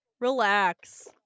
relax